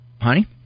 honey